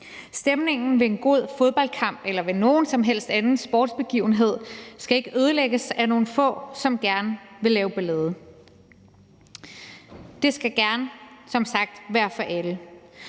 Stemningen ved en god fodboldkamp eller ved nogen som helst anden sportsbegivenhed skal ikke ødelægges af nogle få, som gerne vil lave ballade. Det skal gerne som sagt være for alle.